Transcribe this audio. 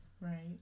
Right